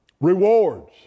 Rewards